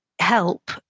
help